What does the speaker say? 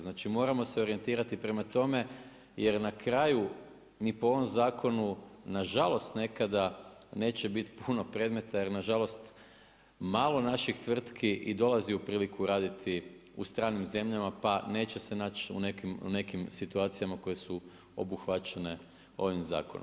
Znači moramo se orijentirati prema tome jer na kraju ni po ovom zakonu nažalost nekada neće biti puno predmeta jer nažalost malo naših tvrtki i dolazi u priliku raditi u stranim zemljama pa neće se naći u nekim situacijama koje su obuhvaćene ovim zakonom.